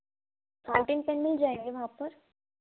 fountain pen मिल जाएँगे वहाँ पर